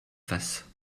face